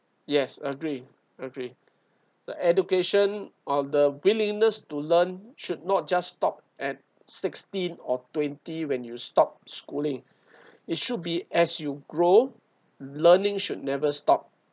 yes agree agree the education or the willingness to learn should not just stop at sixteen or twenty when you stop schooling it should be as you grow learning should never stop